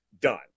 done